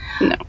No